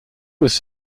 was